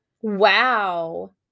Wow